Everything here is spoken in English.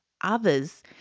others